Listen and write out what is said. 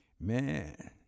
Man